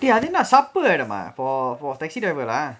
dey அது என்ன:athu enna supper இடமா:idamaa for for taxi driver lah